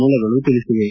ಮೂಲಗಳು ತಿಳಿಸಿವೆ